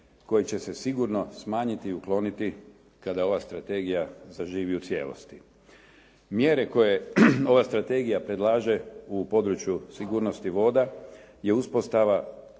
koji će se sigurno smanjiti i ukloniti kada ova strategija zaživi u cijelosti. Mjere koja ova strategija predlaže u području sigurnosti voda je uspostava